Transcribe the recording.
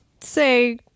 say